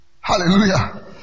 Hallelujah